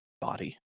body